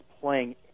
playing